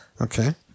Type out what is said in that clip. Okay